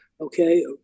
okay